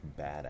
badass